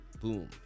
boom